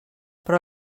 però